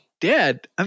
Dad